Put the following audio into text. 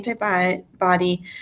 antibody